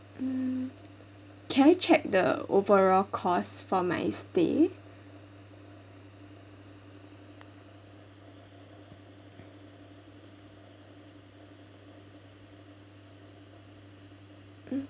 hmm can I check the overall costs for my stay mm